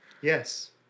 Yes